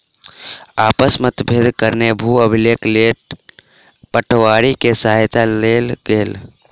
आपसी मतभेदक कारणेँ भू अभिलेखक लेल पटवारी के सहायता लेल गेल